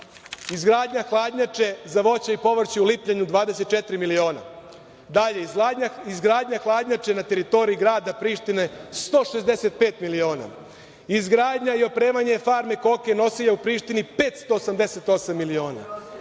izgradnja hladnjače za voće i povrće u Lipljanu 24 miliona, izgradnja hladnjače na teritoriji grada Prištine 165 miliona, izgradnja i opremanje farme koka nosilja u Priština 588 miliona.